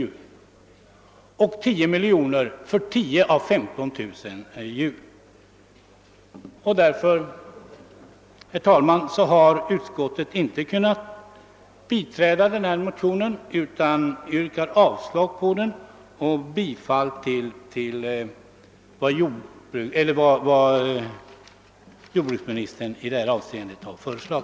Mot denna bakgrund kan jag inte biträda den reservation som herr Hansson i Skegrie stödde, utan jag ber att få yrka bifall till utskottets hemställan.